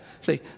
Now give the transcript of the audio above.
see